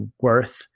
worth